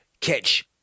catch